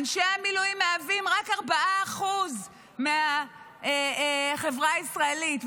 אנשי המילואים מהווים רק 4% מהחברה הישראלית,